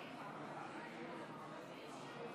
בבקשה.